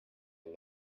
and